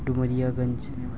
Domariya Ganj